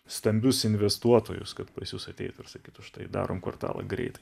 stambius investuotojus kad pas jus ateitų ir sakytų štai darom kvartalą greitai